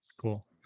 cool